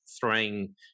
throwing